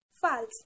false